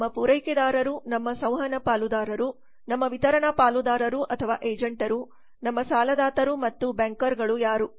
ನಮ್ಮ ಪೂರೈಕೆದಾರರು ನಮ್ಮ ಸಂವಹನ ಪಾಲುದಾರರು ನಮ್ಮ ವಿತರಣಾ ಪಾಲುದಾರರು ಅಥವಾ ಏಜೆಂಟರು ನಮ್ಮ ಸಾಲದಾತರು ಮತ್ತು ಬ್ಯಾಂಕರ್ಗಳು ಯಾರು